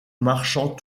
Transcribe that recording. marchant